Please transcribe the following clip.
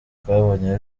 twabonye